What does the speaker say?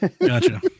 Gotcha